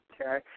Okay